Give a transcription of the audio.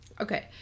okay